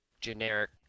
generic